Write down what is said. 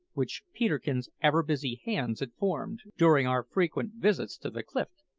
which peterkin's ever-busy hands had formed, during our frequent visits to the cliff,